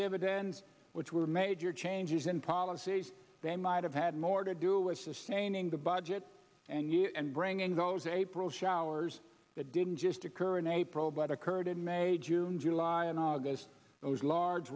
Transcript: dividends which were major changes in policies they might have had more to do with sustaining the budget and you and bringing those april showers that didn't just occur in april but occurred in may june july and august those large